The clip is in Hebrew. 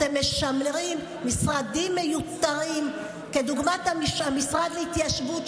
אתם משמרים משרדים מיותרים כדוגמת המשרד להתיישבות,